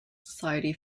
society